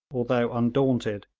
although undaunted,